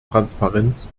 transparenz